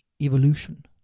evolution